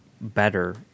better